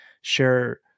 share